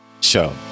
Show